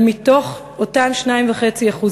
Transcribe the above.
ומתוך אותם 2.5%,